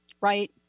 right